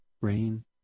rain